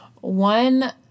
One